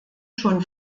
schon